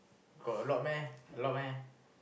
got a lot meh a lot meh